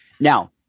Now